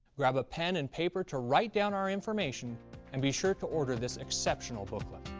grab a pen and paper to write down our information and be sure to order this exceptional booklet.